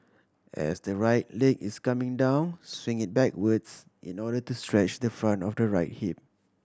as the right leg is coming down swing it backwards in order to stretch the front of the right hip